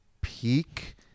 peak